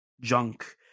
junk